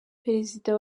perezida